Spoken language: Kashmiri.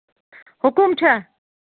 حُکُم چھا